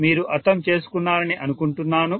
మీరు అర్థం చేసుకున్నారని అనుకుంటున్నాను